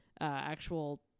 actual